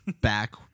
back